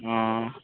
ହଁ